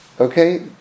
Okay